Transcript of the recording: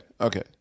okay